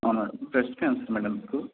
అవును madam breast cancer madam మీకు